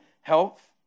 health